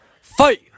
fight